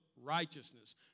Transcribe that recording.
righteousness